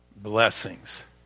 blessings